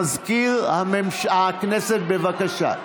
מזכיר הכנסת, בבקשה.